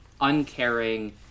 uncaring